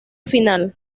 final